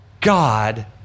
God